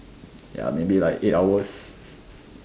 ya maybe like eight hours